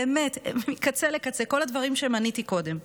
באמת, מקצה לקצה, כל הדברים שמניתי קודם.